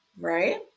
right